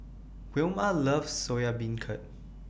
Wilma loves Soya Beancurd